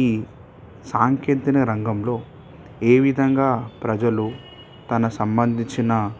ఈ సాంకేతిన రంగంలో ఏ విధంగా ప్రజలు తన సంబంధించిన